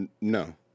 No